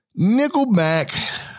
Nickelback